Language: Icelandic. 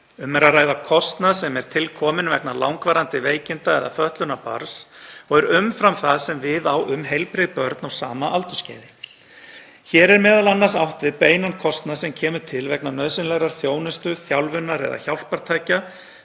að ræða kostnað sem er til kominn vegna langvarandi veikinda eða fötlunar barns og er umfram það sem við á um heilbrigð börn á sama aldursskeiði. Hér er m.a. átt við beinan kostnað sem kemur til vegna nauðsynlegrar þjónustu, þjálfunar eða hjálpartækja